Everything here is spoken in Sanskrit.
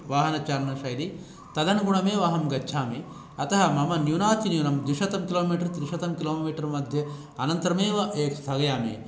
वाहनचालनशैली तदनुगुणमेव अहं गच्छामि अतः मम न्यूनातिन्यूनं द्विशतं किलोमीटर् त्रिशतं किलोमीटर् मध्ये अनतरमेव ए स्थगयामि